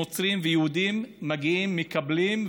נוצרים ויהודים מגיעים לשם ומקבלים,